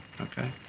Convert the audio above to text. okay